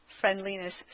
Friendliness